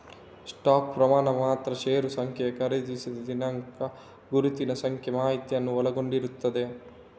stock ಪ್ರಮಾಣಪತ್ರ ಷೇರು ಸಂಖ್ಯೆ, ಖರೀದಿಸಿದ ದಿನಾಂಕ, ಗುರುತಿನ ಸಂಖ್ಯೆ ಮಾಹಿತಿಯನ್ನ ಒಳಗೊಂಡಿರ್ತದೆ